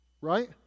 right